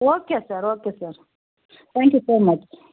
okay sir okay sir thank you so much